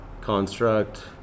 construct